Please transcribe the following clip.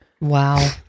Wow